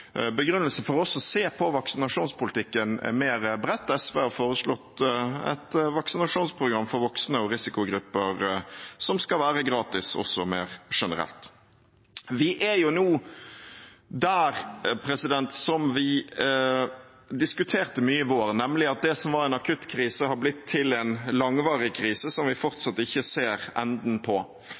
begrunnelse for også å se på vaksinasjonspolitikken mer bredt. SV har foreslått et vaksinasjonsprogram for voksne og risikogrupper som skal være gratis også mer generelt. Vi er nå der, som vi diskuterte mye i vår, at det som var en akutt krise, har blitt til en langvarig krise, som vi fortsatt ikke ser enden på.